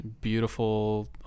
beautiful